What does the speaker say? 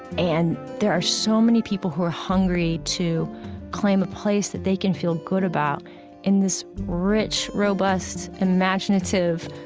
and there are so many people who are hungry to claim a place that they can feel good about in this rich, robust, imaginative,